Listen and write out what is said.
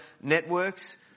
networks